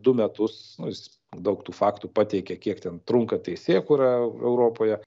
du metus nu jis daug tų faktų pateikė kiek ten trunka teisėkūra europoje